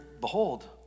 behold